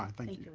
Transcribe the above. thank you.